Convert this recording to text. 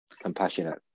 compassionate